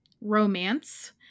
romance